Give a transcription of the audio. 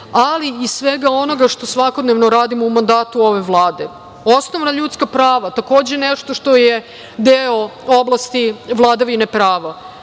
ali i svega onoga što svakodnevno radimo u mandatu ove Vlade. Osnovna ljudska prava, takođe nešto što je deo oblasti vladavine prava.